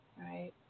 Right